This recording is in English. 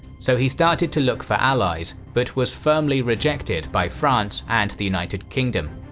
so he started to look for allies, but was firmly rejected by france and the united kingdom.